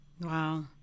Wow